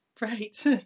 Right